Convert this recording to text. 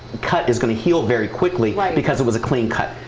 cut is going to heal very quickly like because it was a clean cut.